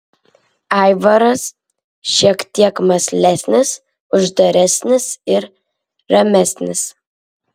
aivaras šiek tiek mąslesnis uždaresnis ir ramesnis